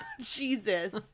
Jesus